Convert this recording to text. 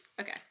Okay